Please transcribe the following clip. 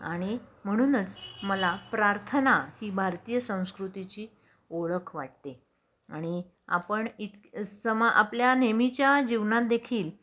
आणि म्हणूनच मला प्रार्थना ही भारतीय संस्कृतीची ओळख वाटते आणि आपण इत समा आपल्या नेहमीच्या जीवनात देखील